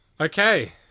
Okay